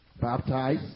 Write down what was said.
baptize